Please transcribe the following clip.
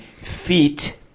feet